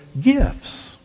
gifts